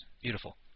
Beautiful